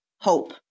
hope